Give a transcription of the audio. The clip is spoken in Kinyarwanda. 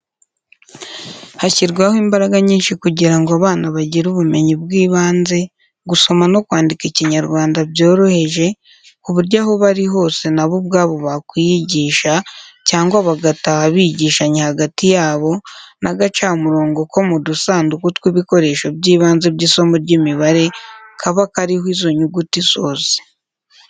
Hashyirwaho imbaraga nyinshi kugira ngo abana bagire ubumenyi bw'ibanze, gusoma no kwandika Ikinyarwanda byoroheje, ku buryo aho bari hose na bo ubwabo bakwiyigisha cyangwa bagataha bigishanya hagati yabo n'agacamurongo ko mu dusanduku tw'ibikoresho by'ibanze by'isomo ry'imibare kaba kariho izo nyuguti zose.